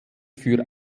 für